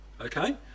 Okay